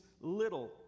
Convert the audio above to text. little